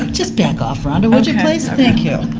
just back off, rhonda, would you please? thank you.